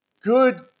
Good